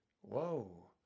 Whoa